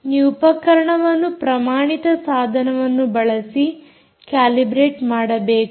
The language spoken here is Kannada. ನೀವು ಉಪಕರಣವನ್ನು ಪ್ರಮಾಣಿತ ಸಾಧನವನ್ನು ಬಳಸಿ ಕ್ಯಾಲಿಬ್ರೆಟ್ ಮಾಡಬೇಕು